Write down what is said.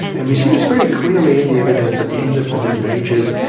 and we see this very clearly in the evidence at the end of the middle ages,